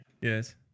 Yes